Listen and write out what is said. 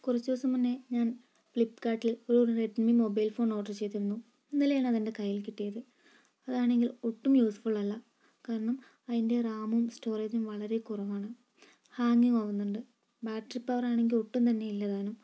കുറച്ച് ദിവസം മുൻപെ ഞാൻ ഫ്ലിപ്പ്കാർട്ടിൽ ഒരു റെഡ്മി മോബൈൽ ഫോൺ ഓർഡർ ചെയ്തിരുന്നു ഇന്നലെയാണ് അതെന്റെ കൈയ്യിൽ കിട്ടിയത് അതാണെങ്കിൽ ഒട്ടും യൂസ്ഫുൾ അല്ല കാരണം അതിന്റെ റാമും സ്റ്റോറേജും വളരെ കുറവാണ് ഹാങ്ങിങ് ആവുന്നുണ്ട് ബാറ്ററി പവർ ആണെങ്കിൽ ഒട്ടും തന്നെ ഇല്ലതാനും